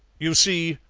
you see,